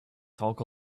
talk